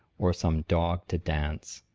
or some dog to dance.